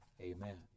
Amen